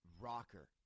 Rocker